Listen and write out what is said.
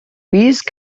these